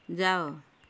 ଯାଅ